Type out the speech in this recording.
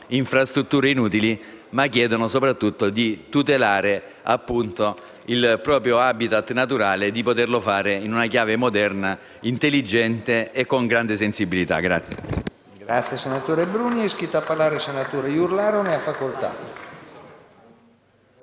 infrastrutture inutili, ma che chiedono soprattutto di tutelare il proprio *habitat* naturale e di poterlo fare in una chiave moderna, intelligente e con grande sensibilità.